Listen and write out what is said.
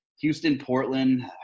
Houston-Portland –